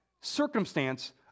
circumstance